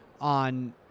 on